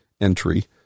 entry